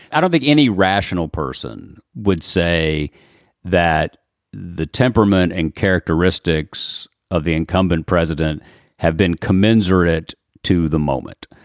i don't think any rational person would say that the temperament and characteristics of the incumbent president have been commensurate to the moment.